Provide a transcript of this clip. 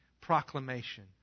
proclamation